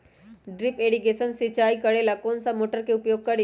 Drip irrigation सिंचाई करेला कौन सा मोटर के उपयोग करियई?